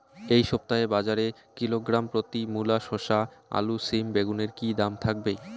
এই সপ্তাহে বাজারে কিলোগ্রাম প্রতি মূলা শসা আলু সিম বেগুনের কী দাম থাকবে?